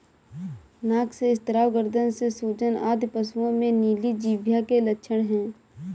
नाक से स्राव, गर्दन में सूजन आदि पशुओं में नीली जिह्वा के लक्षण हैं